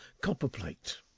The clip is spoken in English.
Copperplate